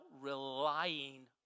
relying